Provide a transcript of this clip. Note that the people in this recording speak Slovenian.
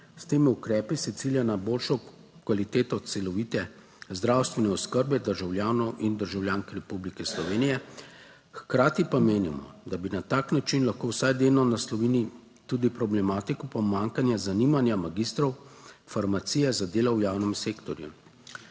S temi ukrepi se cilja na boljšo kvaliteto celovite zdravstvene oskrbe državljanov in državljank Republike Slovenije. Hkrati pa menimo, da bi na tak način lahko vsaj delno naslovili tudi problematiko pomanjkanja zanimanja magistrov farmacije za delo v javnem sektorju.